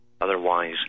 Otherwise